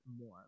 more